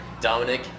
Dominic